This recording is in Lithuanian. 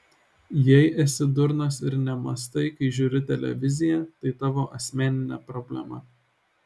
jei esi durnas ir nemąstai kai žiūri televiziją tai tavo asmeninė problema